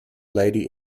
lady